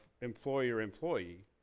employer-employee